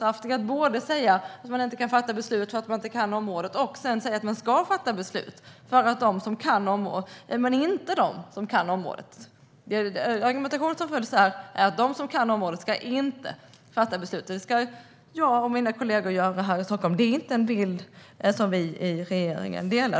Argumentationen som förs fram är att de som kan området inte ska fatta beslut, utan det ska jag och mina kolleger göra här i Stockholm. Det är inte en bild som vi i regeringen delar.